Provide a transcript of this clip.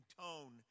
tone